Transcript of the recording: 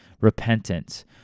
Repentance